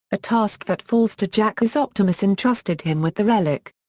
a task that falls to jack as optimus entrusted him with the relic.